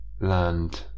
land